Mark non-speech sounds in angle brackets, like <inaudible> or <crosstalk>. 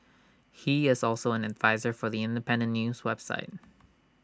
he is also an adviser for The Independent news website <noise>